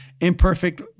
imperfect